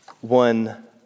one